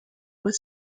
with